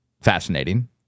Fascinating